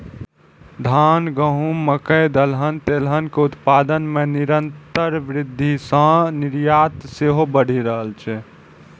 धान, गहूम, मकइ, दलहन, तेलहन के उत्पादन मे निरंतर वृद्धि सं निर्यात सेहो बढ़ि रहल छै